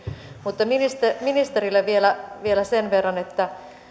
mutta ministerille vielä vielä sen verran että